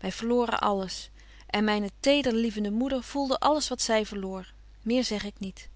wy verloren alles en myne tederlievende moeder voelde alles wat zy verloor meer zeg ik niet